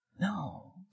No